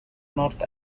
north